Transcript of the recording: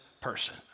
person